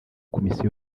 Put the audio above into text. komisiyo